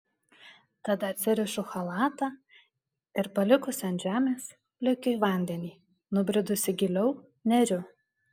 tada atsirišu chalatą ir palikusi ant žemės lekiu į vandenį nubridusi giliau neriu